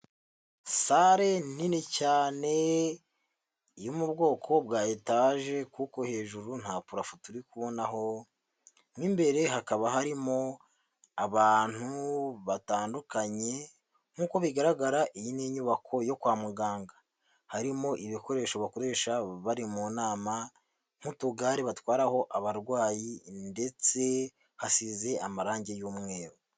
Sale nini cyane yo mu bwoko bwa etaje kuko hejuru nta purafo turi kubonaho, mo imbere hakaba harimo abantu batandukanye, nkuko bigaragara iyi ni inyubako yo kwa muganga. Harimo ibikoresho bakoresha bari mu nama nk'utugare batwaraho abarwayi ndetse hasize amarange y'umweru.